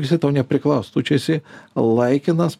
jisai tau nepriklauso tu čia esi laikinas